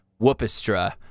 whoopestra